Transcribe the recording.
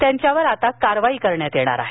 त्यांच्यावर आता कारवाई करण्यात येणार आहे